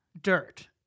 dirt